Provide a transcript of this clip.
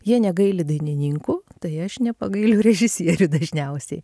jie negaili dainininkų tai aš nepagailiu režisierių dažniausiai